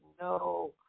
no